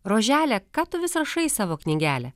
rožele ką tu vis rašai į savo knygelę